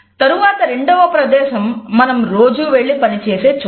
తరువాత రెండవ ప్రదేశం మనం రోజూ వెళ్ళి పనిచేసే చోటు